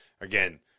again